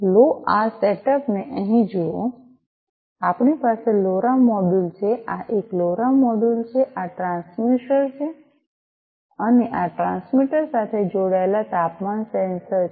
લો આ સેટઅપને અહીં જોઈએ આપણી પાસે લોરા મોડ્યુલ છે આ એક લોરા મોડ્યુલ છે આ ટ્રાન્સમીટર છે અને આ ટ્રાન્સમીટર સાથે જોડાયેલ તાપમાન સેન્સર છે